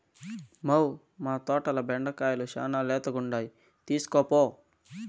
మ్మౌ, మా తోటల బెండకాయలు శానా లేతగుండాయి తీస్కోపో